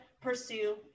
Pursue